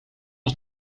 ons